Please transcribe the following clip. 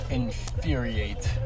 infuriate